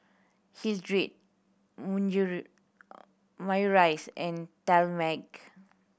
Hildred Maurice and Talmage